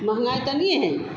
महँगाई इतनी है